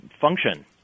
function